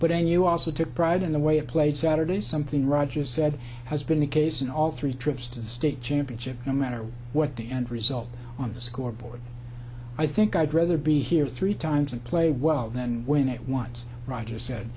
but then you also took pride in the way it played saturday something rodgers said has been the case in all three trips to the state championship no matter what the end result on the scoreboard i think i'd rather be here three times and play well then win at once roger said